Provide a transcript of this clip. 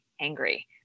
angry